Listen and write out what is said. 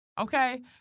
okay